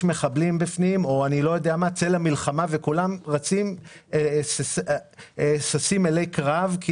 מחבלים בפנים או צא למלחמה וכולם ששים אלי קרב,